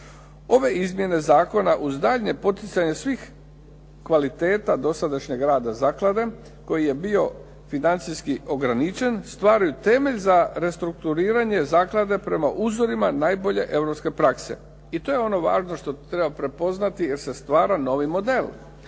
Ove izmjene zakona uz daljnje poticanje svih kvaliteta dosadašnjeg rada zaklade koji je bio financijski ograničen stvaraju temelj za restrukturiranje zaklade prema uzorima najbolje europske prakse. I to je ono važno što treba prepoznati jer se stvara novi model.